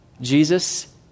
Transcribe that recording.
Jesus